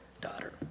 daughter